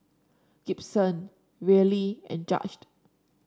Gibson Areli and Judge